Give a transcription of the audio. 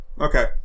okay